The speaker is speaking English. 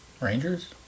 Rangers